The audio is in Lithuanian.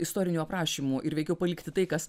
istorinių aprašymų ir veikiau palikti tai kas